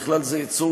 ובכלל זה ייצור,